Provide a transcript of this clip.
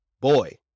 Boy